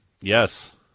Yes